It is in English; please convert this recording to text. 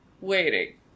waiting